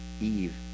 Eve